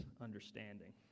understanding